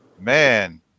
Man